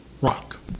rock